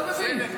לא מבין.